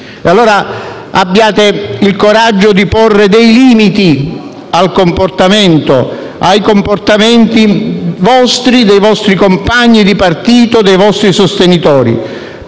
Pertanto, abbiate il coraggio di porre dei limiti ai comportamenti vostri, dei vostri compagni di partito e dei vostri sostenitori.